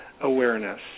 awareness